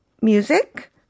music